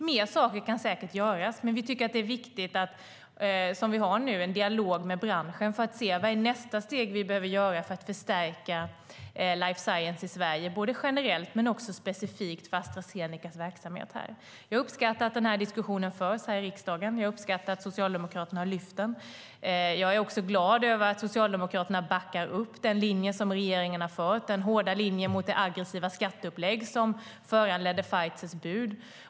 Fler saker kan säkert göras, och dialogen med branschen är viktig för att se vad som är nästa steg vi behöver göra för att förstärka life science i Sverige, både generellt och specifikt för Astra Zenecas verksamhet här. Jag uppskattar att denna diskussion förs i riksdagen. Jag uppskattar att Socialdemokraterna har lyft upp den. Jag är också glad över att Socialdemokraterna backar upp den hårda linje som regeringen har fört mot det aggressiva skatteupplägg som föranledde Pfizers bud.